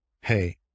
Hey